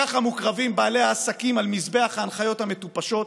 כך מוקרבים בעלי העסקים על מזבח ההנחיות המטופשות,